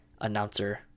announcer